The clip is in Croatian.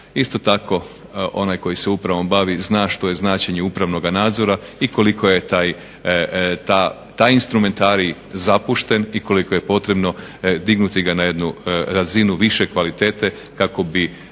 Isto tako onaj koji se upravom bavi zna što je značenje upravnoga nadzora i koliko je taj instrumentarij zapušten i koliko je potrebno dignuti ga na jednu razinu više kvalitete kako bi